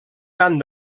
tant